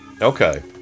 Okay